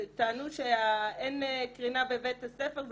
טענו שאין קרינה בבית הספר,